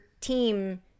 team